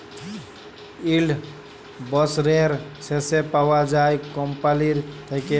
yield বসরের শেষে পাউয়া যায় কম্পালির থ্যাইকে